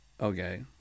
Okay